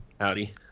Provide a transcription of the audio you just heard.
Howdy